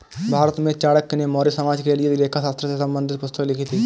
भारत में चाणक्य ने मौर्य साम्राज्य के लिए लेखा शास्त्र से संबंधित पुस्तक लिखी थी